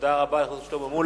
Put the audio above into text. תודה רבה, חבר הכנסת שלמה מולה.